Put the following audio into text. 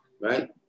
right